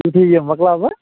یُتھُے یہِ مۅکلاوٕ بہٕ